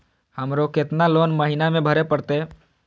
हमरो केतना लोन महीना में भरे परतें?